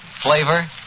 Flavor